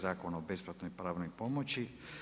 Zakona o besplatnoj pravnoj pomoći.